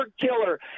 killer